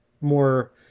more